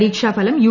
പരീക്ഷ ഫലം യു